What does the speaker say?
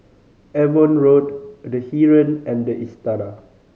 Avon Road The Heeren and The Istana